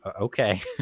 okay